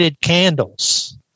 candles